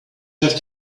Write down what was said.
have